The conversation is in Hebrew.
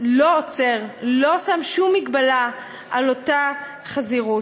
לא עוצר, לא שם שום מגבלה על אותה חזירות.